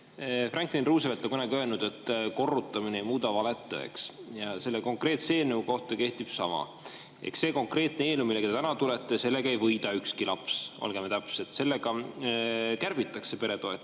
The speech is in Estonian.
Franklin Roosevelt on kunagi öelnud, et korrutamine ei muuda valet tõeks, ja selle konkreetse eelnõu kohta kehtib sama. See konkreetne eelnõu, millega te tulete – sellega ei võida ükski laps. Olgem täpsed, sellega kärbitakse peretoetusi